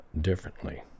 differently